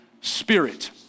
Spirit